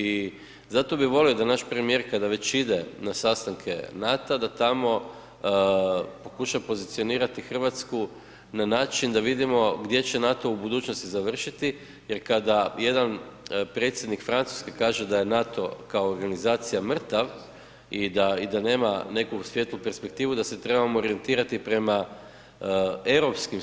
I zato bi volio da naš premijer kada već ide na sastanke NATO-a da tamo pokuša pozicionirati Hrvatsku na način da vidimo gdje će NATO u budućnosti završiti jer kada jedan predsjednik Francuske kaže da je NATO kao organizacija mrtav i da nema neku svjetlu perspektivu da se trebamo orijentirati prema europskim